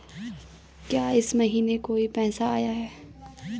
क्या इस महीने कोई पैसा आया है?